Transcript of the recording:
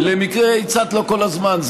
הצעתי לו כל הזמן.